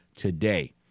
today